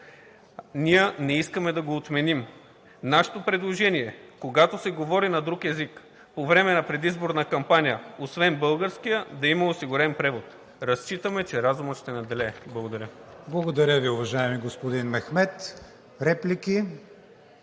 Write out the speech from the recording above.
Ние не искаме да го отменим. Нашето предложение е, когато се говори на друг език по време на предизборна кампания, освен българския, да има осигурен превод. Разчитаме, че разумът ще надделее. Благодаря. ПРЕДСЕДАТЕЛ КРИСТИАН ВИГЕНИН: Благодаря Ви, уважаеми господин Мехмед. Реплики?